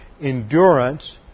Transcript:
endurance